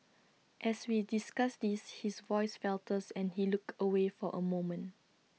as we discuss this his voice falters and he looks away for A moment